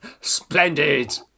Splendid